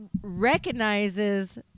recognizes